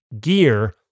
gear